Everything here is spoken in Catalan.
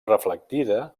reflectida